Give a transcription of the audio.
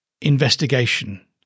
investigation